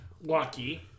lucky